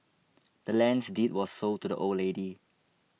the land's deed was sold to the old lady